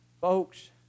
Folks